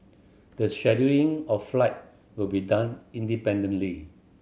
the scheduling of flight will be done independently